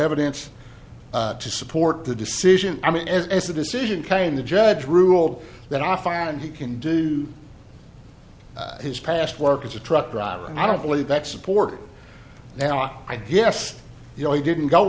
evidence to support the decision i mean it's a decision came the judge ruled that i find he can do his past work as a truck driver and i don't believe that support you know i guess you know he didn't go